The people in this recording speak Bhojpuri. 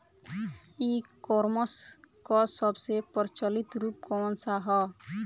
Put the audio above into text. ई कॉमर्स क सबसे प्रचलित रूप कवन सा ह?